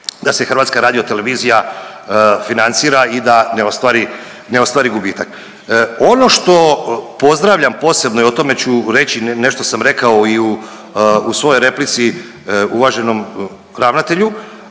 da se HRT financira i da ne ostvari, ne ostvari gubitak. Ono što pozdravljam posebno i o tome ću reći, nešto sam rekao i u, u svojoj replici uvaženom ravnatelju,